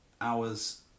hours